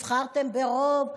נבחרתם ברוב,